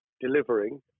delivering